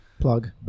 plug